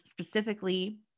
specifically